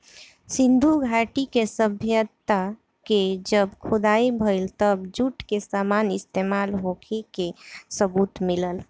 सिंधु घाटी के सभ्यता के जब खुदाई भईल तब जूट के सामान इस्तमाल होखे के सबूत मिलल